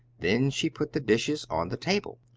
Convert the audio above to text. then she put the dishes on the table.